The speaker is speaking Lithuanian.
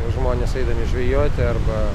žmonės eidami žvejoti arba